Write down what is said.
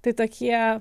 tai tokie